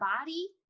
body